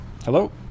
Hello